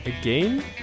again